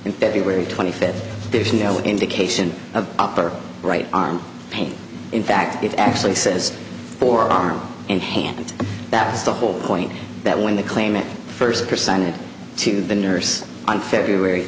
feb twenty fifth there's no indication of upper right arm pain in fact it actually says for arm and hand that's the whole point that when the claimant first presented to the nurse on february